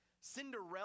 Cinderella